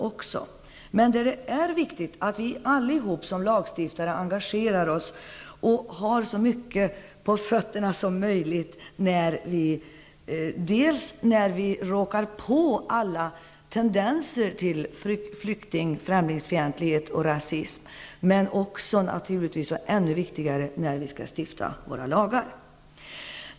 Det är viktigt att vi som lagstiftare engagerar oss och har så mycket på fötterna som möjligt när vi råkar på alla tendenser till främlingsfientlighet och rasism, men också -- och det är ännu viktigare -- när vi skall stifta lagar.